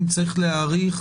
אם צריך להאריך,